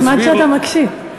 זה נחמד שאתה מקשיב.